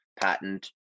patent